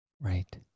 Right